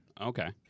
Okay